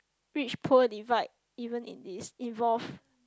which poor divide even in it involve